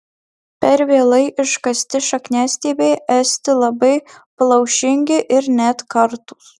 per vėlai iškasti šakniastiebiai esti labai plaušingi ir net kartūs